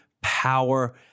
power